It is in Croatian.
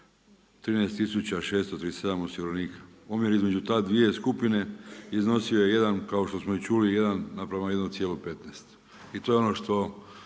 413637 osiguranika. Omjer između te dvije skupine iznosio je jedan kao što smo čuli 1 naprama 1,15 i to je ono što